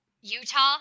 Utah